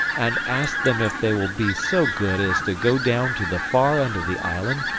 and ask them if they will be so good as to go down to the far end of the island,